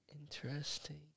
Interesting